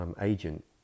agent